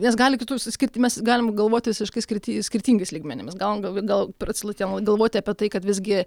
nes gali kitų išsiskirti mes galime galvoti visiškai skirtingi skirtingais lygmenimis gal prisilaikom galvoti apie tai kad visgi